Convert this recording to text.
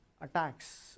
attacks